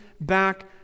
back